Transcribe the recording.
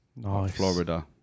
Florida